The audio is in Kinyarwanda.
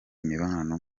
imibonano